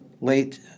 late